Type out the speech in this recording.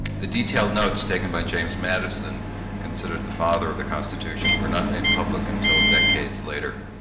the detailed notes taken by james madison considered the father of the constitution were not made public until decades later.